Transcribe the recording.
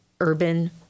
urban